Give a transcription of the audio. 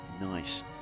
Nice